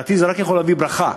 לדעתי זה יכול רק להביא ברכה,